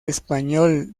español